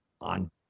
on